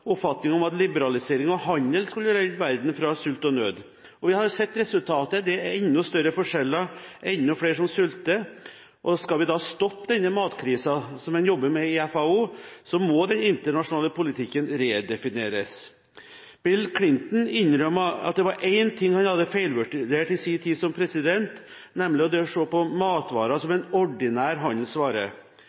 oppfatningen om at liberalisering av handel skulle redde verden fra sult og nød. Vi har sett resultatet: Det er enda større forskjeller, enda flere som sulter. Skal vi stoppe denne matkrisen, som en jobber med i FAO, må den internasjonale politikken redefineres. Bill Clinton innrømmet at det var én ting han hadde feilvurdert i sin tid som president, nemlig det å se på matvarer som en ordinær handelsvare.